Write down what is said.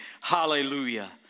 Hallelujah